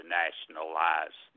nationalize